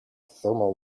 thermal